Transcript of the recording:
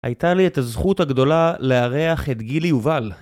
הייתה לי את הזכות הגדולה לארח את גילי יובל.